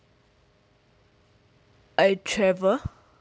I travel